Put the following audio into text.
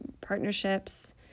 partnerships